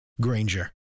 Granger